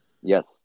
Yes